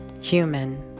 human